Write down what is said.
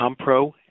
Compro